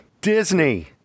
Disney